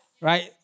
right